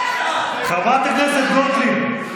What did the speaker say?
חברת הכנסת גוטליב.